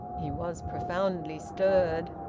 he was profoundly stirred.